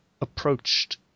approached